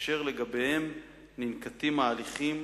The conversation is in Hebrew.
אשר לגביהם ננקטים ההליכים